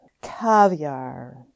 caviar